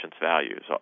values